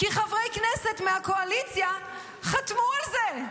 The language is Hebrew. כי חברי כנסת מהקואליציה חתמו על זה.